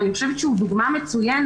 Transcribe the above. ואני חושבת שהוא דוגמה מצוינת,